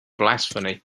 blasphemy